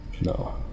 No